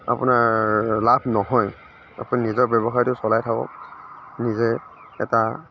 আপোনাৰ লাভ নহয় আপুনি নিজৰ ব্য়ৱসায়টো চলাই থাকক নিজে এটা